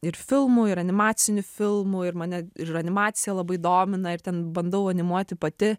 ir filmų ir animacinių filmų ir mane animacija labai domina ir ten bandau animuoti pati